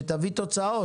שתביא תוצאות.